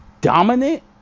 Dominant